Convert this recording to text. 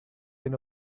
hyn